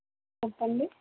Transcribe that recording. చెప్పండి